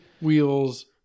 wheels